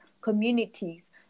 communities